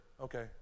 Okay